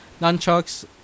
nunchucks